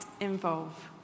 involve